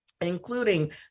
including